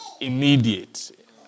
immediate